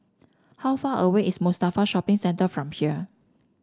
how far away is Mustafa Shopping Centre from here